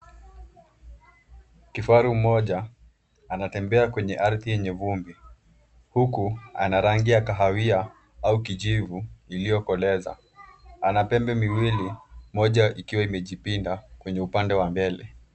Kifaru mmoja anatembea kwenye ardhi yenye vumbi huku ana rangi ya kahawia au kijivu iliyokoleza. Ana pembe miwili moja ikiwa imejipinda kwenye upande wa mbele.